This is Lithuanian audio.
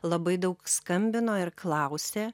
labai daug skambino ir klausė